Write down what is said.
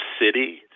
city